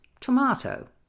tomato